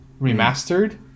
remastered